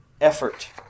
effort